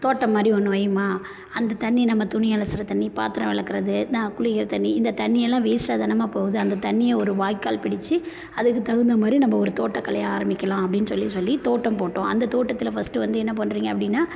தோட்டம் மாதிரி ஒன்று வைய்மா அந்த தண்ணி நம்ம துணி அலசுகிற தண்ணி பாத்திரம் விளக்கறது நான் குளிக்கிற தண்ணி இந்த தண்ணி எல்லாம் வேஸ்ட்டாக தானேம்மா போகுது அந்த தண்ணியை ஒரு வாய்க்கால் பிடித்து அதுக்கு தகுந்த மாதிரி நம்ம ஒரு தோட்டக்கலையை ஆரம்மிக்கலாம் அப்படின்னு சொல்லி சொல்லி தோட்டம் போட்டோம் அந்த தோட்டத்தில் ஃபஸ்ட்டு வந்து என்ன பண்ணுறீங்க அப்படின்னா